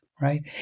right